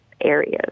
areas